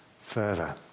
further